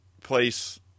place